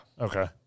okay